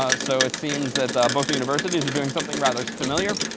ah so it seems that both universities are doing something rather familiar.